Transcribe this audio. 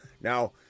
Now